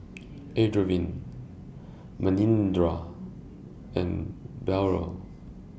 Arvind Manindra and Bellur